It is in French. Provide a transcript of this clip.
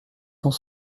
cent